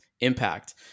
impact